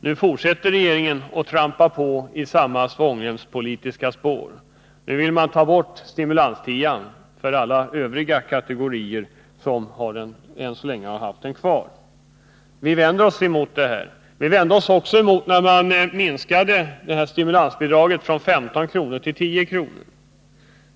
Nu fortsätter regeringen att trampa på i samma spår med sin svångremspolitik: nu vill den ta bort stimulanstian för alla övriga kategorier som än så länge har haft den kvar. Vi vänder oss mot detta. Vi vände oss också emot att man minskade stimulansbidraget från 15 kr. till 10 kr.